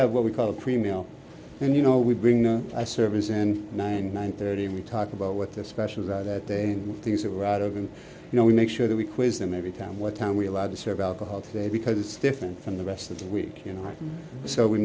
have what we call a premium and you know we bring no i service and nine nine thirty and we talk about what that special that day things that we're out of and you know we make sure that we quiz them every time what time we allowed to serve alcohol today because it's different from the rest of the week you know so we